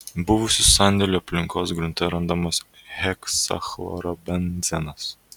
buvusių sandėlių aplinkos grunte randamas heksachlorbenzenas